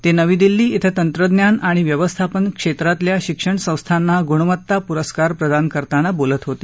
ते नवी दिल्ली कें तंत्रज्ञान आणि व्यवस्थापन क्षेत्रातल्या शिक्षण संस्थांना गुणवत्ता पुरस्कार प्रदान करताना बोलत होते